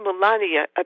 Melania